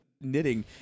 knitting